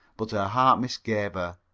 but her heart misgave her.